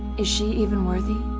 is she even worthy?